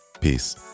Peace